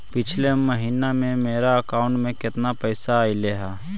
पिछले महिना में मेरा अकाउंट में केतना पैसा अइलेय हे?